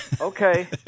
Okay